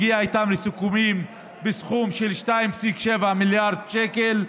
היא הגיעה איתם לסיכומים בסכום של 2.7 מיליארד שקל.